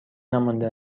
نمانده